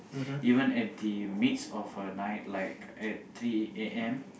even at the midst of the night at the A_M